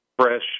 fresh